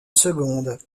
seconde